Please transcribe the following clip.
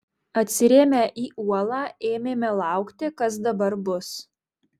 atsirėmę į uolą ėmėme laukti kas dabar bus